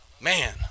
man